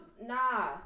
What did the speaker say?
nah